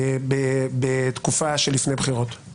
החלטות בתקופה שלפני בחירות.